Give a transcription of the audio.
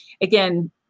again